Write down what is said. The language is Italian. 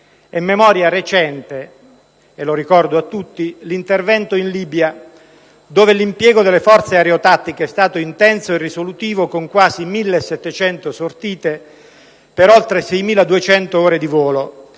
È memoria recente - e lo ricordo a tutti - l'intervento in Libia, dove l'impiego alle forze aerotattiche è stato intenso e risolutivo, con quasi 1.700 sortite, per oltre 6.200 ore di volo;